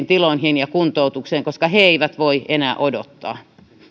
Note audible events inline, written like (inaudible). (unintelligible) tiloihin ja kuntoutukseen koska he eivät voi enää odottaa